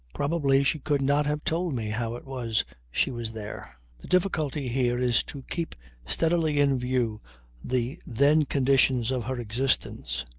probably she could not have told me how it was she was there. the difficulty here is to keep steadily in view the then conditions of her existence,